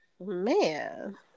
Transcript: Man